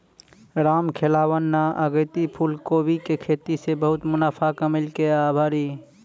रामखेलावन न अगेती फूलकोबी के खेती सॅ बहुत मुनाफा कमैलकै आभरी